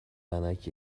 ونک